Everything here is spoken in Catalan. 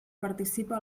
participa